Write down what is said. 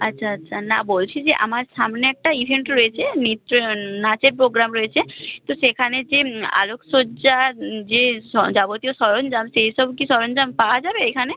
আচ্ছা আচ্ছা না বলছি যে আমার সামনে একটা ইভেন্ট রয়েছে নৃত্য নাচের প্রোগ্রাম রয়েছে তো সেখানে যে আলোকসজ্জা যে যাবতীয় সরঞ্জাম সেই সব কি সরঞ্জাম পাওয়া যাবে এখানে